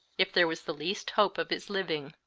if there was the least hope of his living.